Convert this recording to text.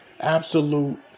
absolute